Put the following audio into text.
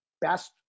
best